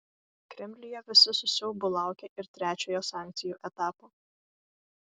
kremliuje visi su siaubu laukia ir trečiojo sankcijų etapo